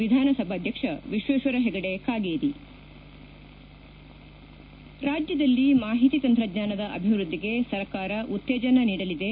ವಿಧಾನಸಭಾಧ್ಯಕ್ಷ ವಿಶ್ವೇಶ್ವರ ಹೆಗಡೆ ಕಾಗೇರಿ ರಾಜ್ಯದಲ್ಲಿ ಮಾಹಿತಿ ತಂತ್ರಜ್ಞಾನದ ಅಭಿವೃದ್ದಿಗೆ ಸರ್ಕಾರ ಉತ್ತೇಜನ ನೀಡಲಿದೆ